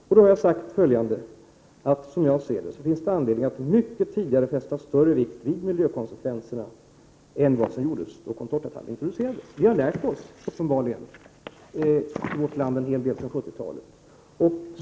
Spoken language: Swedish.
Som jag ser saken finns det anledning att mycket tidigare fästa större vikt vid miljökonsekvenserna än vad som var fallet då contortatallen introducerades. Uppenbarligen har vi i vårt land lärt oss en hel del sedan 70-talet.